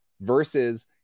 versus